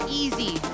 easy